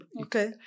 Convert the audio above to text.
Okay